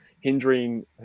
hindering